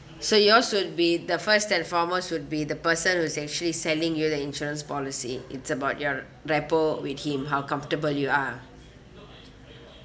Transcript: so yours should be the first and foremost should be the person who's actually selling you the insurance policy it's about your rapport with him how comfortable you are